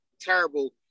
terrible